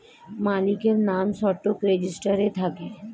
মালিকের নাম স্টক রেজিস্টারে থাকে